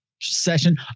Session